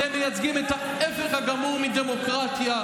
אתם מייצגים את ההפך הגמור מדמוקרטיה.